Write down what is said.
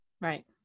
Right